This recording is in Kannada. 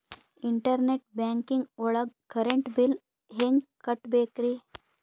ಇಂಟರ್ನೆಟ್ ಬ್ಯಾಂಕಿಂಗ್ ಒಳಗ್ ಕರೆಂಟ್ ಬಿಲ್ ಹೆಂಗ್ ಕಟ್ಟ್ ಬೇಕ್ರಿ?